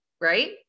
right